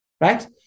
right